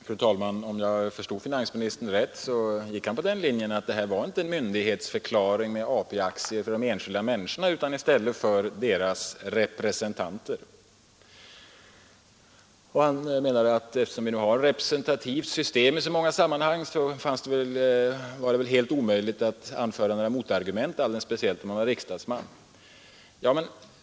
Fru talman! Om jag förstod finansministern rätt gick han på den linjen att förslaget om AP-aktier inte utgjorde någon myndighetsförklaring av de enskilda människorna utan i stället av deras representanter. Eftersom vi nu har ett representativt system i så många sammanhang var det, menade han, helt omöjligt att anföra något motargument, alldeles speciellt om man var riksdagsman.